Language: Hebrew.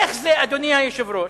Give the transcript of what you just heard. איך זה, אדוני היושב-ראש,